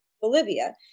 Bolivia